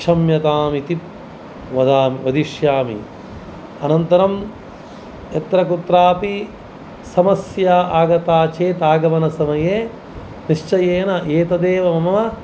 क्षम्यतामिति वदाम् वदिष्यामि अनन्तरं यत्रकुत्रापि समस्या आगता चेत् आगमनसमये निश्चयेन एतदेव मम